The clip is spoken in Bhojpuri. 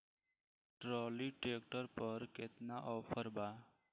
ट्राली ट्रैक्टर पर केतना ऑफर बा?